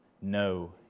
no